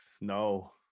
No